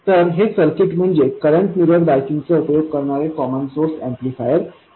तर हे सर्किट म्हणजे करंट मिरर बायसिंग चा उपयोग करणारे कॉमन सोर्स ऍम्प्लिफायर आहे